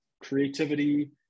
creativity